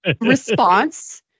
response